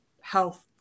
health